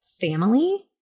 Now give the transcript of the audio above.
family